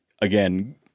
again